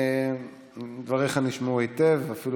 המשרד לשירותים חברתיים,